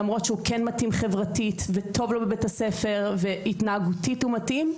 למרות שהוא כן מתאים חברתית וטוב לו בבית הספר והתנהגותית הוא מתאים.